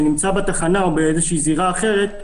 שנמצא בתחנה או באיזה זירה אחרת,